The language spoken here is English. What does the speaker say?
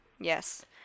Yes